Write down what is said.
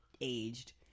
aged